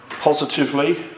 positively